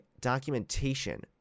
documentation